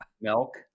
milk